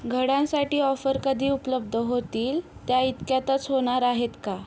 घड्यांसाठी offer कधी उपलब्ध होतील त्या इतक्यातच होणार आहेत का